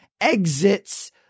exits